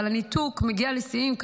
אבל הניתוק מגיע לשיאים.